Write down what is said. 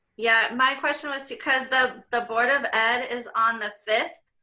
yeah, my question was because the the board of ed is on the fifth,